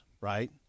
right